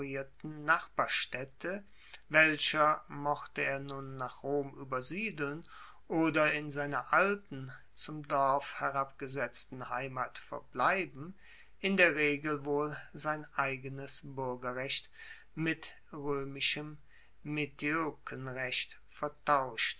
nachbarstaedte welcher mochte er nun nach rom uebersiedeln oder in seiner alten zum dorf herabgesetzten heimat verbleiben in der regel wohl sein eigenes buergerrecht mit roemischem metoekenrecht vertauschte